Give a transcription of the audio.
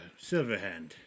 Silverhand